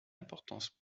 importance